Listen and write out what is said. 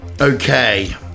Okay